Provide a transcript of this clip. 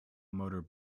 motor